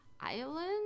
island